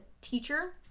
teacher